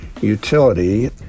utility